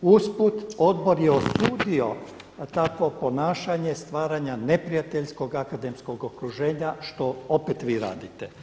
Usput, Odbor da osudio takvo ponašanje stvaranja neprijateljskog akademskog okruženja što opet vi radite.